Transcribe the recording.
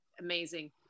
amazing